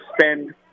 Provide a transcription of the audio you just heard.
spend